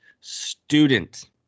student